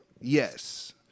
Yes